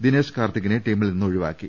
ദിനേശ് കാർത്തി ക്കിനെ ടീമിൽ നിന്ന് ഒഴിവാക്കി